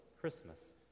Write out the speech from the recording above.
Christmas